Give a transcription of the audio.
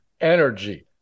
energy